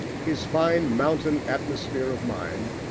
his fine mountain atmosphere of mind,